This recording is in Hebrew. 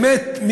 האמת,